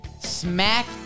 smack